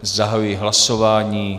Zahajuji hlasování.